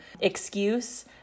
excuse